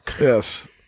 Yes